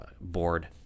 board